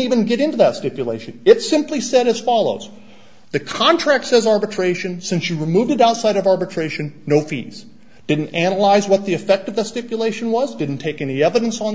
even get into that stipulation it simply said as follows the contract says arbitration since you moved it outside of arbitration no fees didn't analyze what the effect of the stipulation was didn't take any evidence on